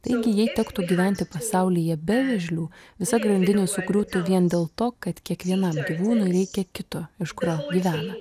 taigi jei tektų gyventi pasaulyje be vėžlių visa grandinė sugriūtų vien dėl to kad kiekvienam gyvūnui reikia kito iš kurio gyvena